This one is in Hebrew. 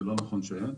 זה לא נכון שאין.